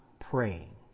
praying